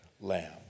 lamb